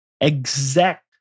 exact